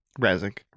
Razik